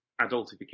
adultification